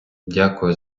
дякую